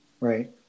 right